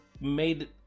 made